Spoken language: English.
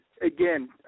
Again